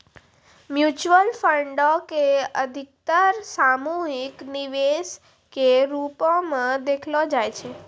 mutual फंडो के अधिकतर सामूहिक निवेश के रुपो मे देखलो जाय छै